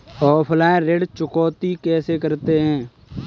Offline ऋण चुकौती कैसे करते हैं?